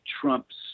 Trump's